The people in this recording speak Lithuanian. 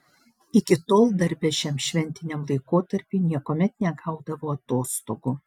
iki tol darbe šiam šventiniam laikotarpiui niekuomet negaudavo atostogų